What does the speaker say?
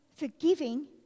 forgiving